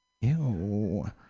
Ew